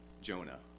Jonah